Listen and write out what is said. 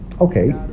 Okay